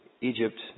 Egypt